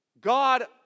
God